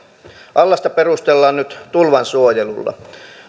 allasta perustellaan nyt tulvasuojelulla